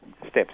Steps